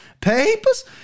papers